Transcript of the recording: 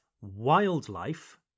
wildlife